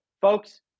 folks